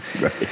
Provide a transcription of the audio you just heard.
Right